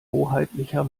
hoheitlicher